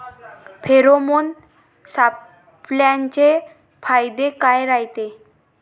Pheromone सापळ्याचे फायदे काय रायते?